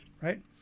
Right